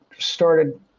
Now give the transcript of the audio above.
started